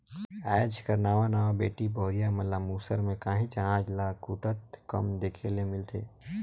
आएज कर नावा नावा बेटी बहुरिया मन ल मूसर में काहींच अनाज ल कूटत कम देखे ले मिलथे